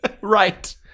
right